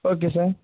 okay sir